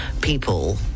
people